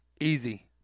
Easy